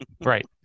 Right